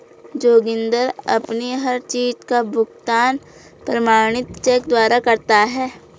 जोगिंदर अपनी हर चीज का भुगतान प्रमाणित चेक द्वारा करता है